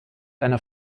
einer